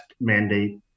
mandate